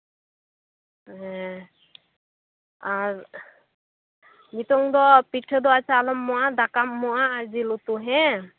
ᱦᱮᱸ ᱟᱨ ᱱᱤᱛᱚᱝ ᱫᱚ ᱯᱤᱴᱷᱟᱹ ᱫᱚ ᱟᱪᱪᱷᱟ ᱟᱞᱚᱢ ᱮᱢᱚᱜᱼᱟ ᱫᱟᱠᱟᱢ ᱮᱢᱚᱜᱼᱟ ᱟᱨ ᱡᱤᱞ ᱩᱛᱩ ᱦᱮᱸ